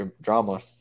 drama